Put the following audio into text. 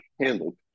handled